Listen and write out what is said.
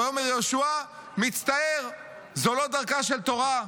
ויאמר יהושע: מצטער, זו לא דרכה של תורה.